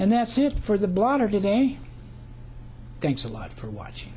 and that's it for the blotter today thanks a lot for watching